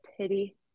pity